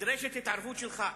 נדרשת התערבות שלך.